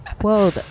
Whoa